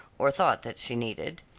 or thought that she needed.